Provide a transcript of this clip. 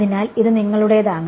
അതിനാൽ ഇത് നിങ്ങളുടേതാണ്